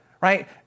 right